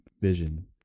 vision